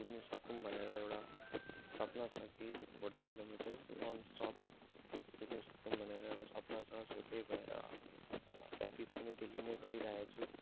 कुद्नु सकौँ भनेर एउटा सपना छ कि फोर्टी किलोमिटर्स नन् स्टप कुद्नु सकौँ भनेर एउटा सपना छ सो त्यही भएर प्र्याक्टिस पनि डेली नै गरिरहेछु